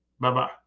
bye-bye